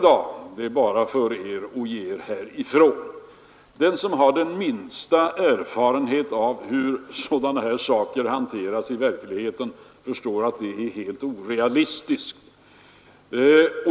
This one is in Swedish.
Det är bara för er att ge er härifrån. Den som har den minsta erfarenhet av hur sådana här saker hanteras i verkligheten förstår att detta resonemang är helt orealistiskt.